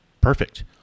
perfect